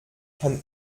kann